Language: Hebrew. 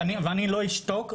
ואני לא אשתוק,